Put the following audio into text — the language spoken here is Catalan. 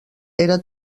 era